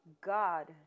God